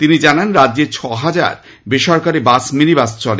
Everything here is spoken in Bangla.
তিনি জানান রাজ্যে ছয় হাজার বেসরকারি বাস মিনিবাস চলে